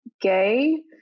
gay